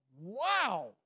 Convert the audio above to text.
wow